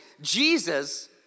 Jesus